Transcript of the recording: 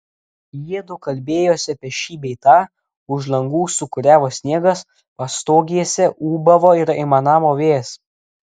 jiedu kalbėjosi apie šį bei tą už langų sūkuriavo sniegas pastogėse ūbavo ir aimanavo vėjas